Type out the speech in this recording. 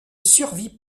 survit